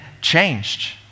changed